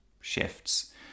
shifts